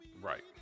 Right